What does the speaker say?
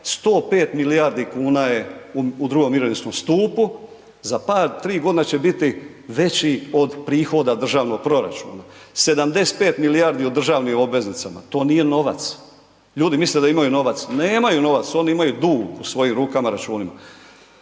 105 milijardi kuna je u drugom mirovinskom stupu, za par, 3 godine će biti veći od prihoda državnog proračuna. 75 milijardi u državnim obveznicama, to nije novac, ljudi misle da imaju novac, nemaju novac, oni imaju dug u svojim rukama, računima.